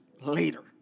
later